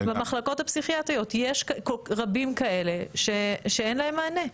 במחלקות הפסיכיאטריות יש רבים כאלה שאין להם מענה.